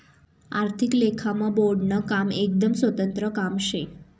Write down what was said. आर्थिक लेखामा बोर्डनं काम एकदम स्वतंत्र काम शे